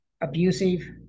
abusive